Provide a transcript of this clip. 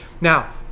Now